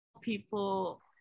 people